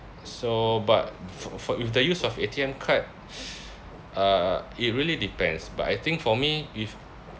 so but for for with the use of A_T_M card uh it really depends but I think for me if